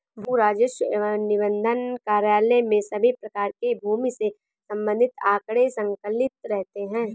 भू राजस्व एवं निबंधन कार्यालय में सभी प्रकार के भूमि से संबंधित आंकड़े संकलित रहते हैं